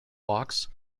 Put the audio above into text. walks